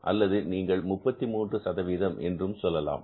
அல்லது நீங்கள் 33 என்றும் சொல்லலாம்